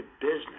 business